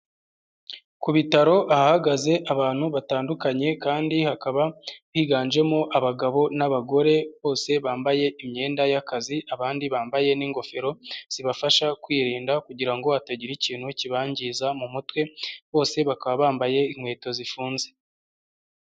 Ku bitaro ahagaze abantu batandukanye kandi hakaba higanjemo abagabo n'abagore, bose bambaye imyenda y'akazi abandi bambaye n'ingofero zibafasha kwirinda kugira ngo hatagira ikintu kibangiza mu mutwe, bose bakaba bambaye inkweto zifunze.